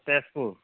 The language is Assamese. তেজপুৰ